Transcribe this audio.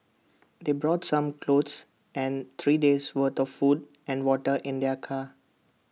they brought some clothes and three days' worth of food and water in their car